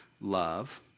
love